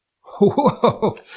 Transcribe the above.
Whoa